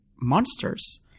monsters